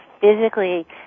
physically